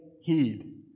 heed